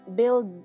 build